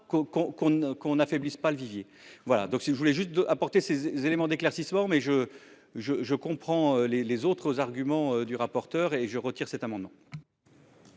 qu'on affaiblisse pas le viviez voilà donc si je voulais juste apporter ces éléments d'éclaircissements mais je je je comprends les les autres aux arguments du rapporteur, et je retire cet amendement.